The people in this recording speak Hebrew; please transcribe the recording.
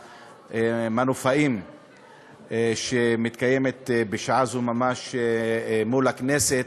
המנופאים שמתקיימת בשעה זו ממש מול הכנסת.